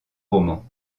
romans